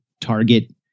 target